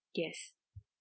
yes